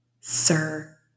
Sir